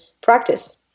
practice